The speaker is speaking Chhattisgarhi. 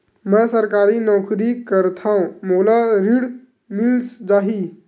मै सरकारी नौकरी करथव मोला ऋण मिल जाही?